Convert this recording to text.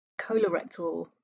colorectal